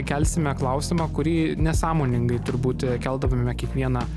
kelsime klausimą kurį nesąmoningai turbūt keldavome kiekvieną